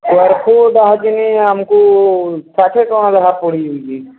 square foot ଆମକୁ ଷାଠିଏ ଟଙ୍କା ଲେଖା ପଡ଼ିଯାଉଛି